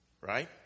Right